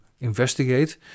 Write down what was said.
investigate